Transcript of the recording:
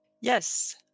Yes